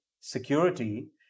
security